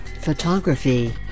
photography